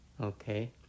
okay